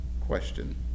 question